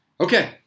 Okay